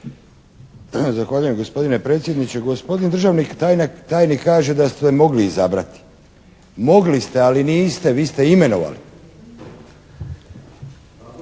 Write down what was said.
Zahvaljujem gospodine predsjedniče. Gospodin državni tajnik kaže da ste mogli izabrati. Mogli ste, ali niste. Vi ste imenovali.